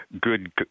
good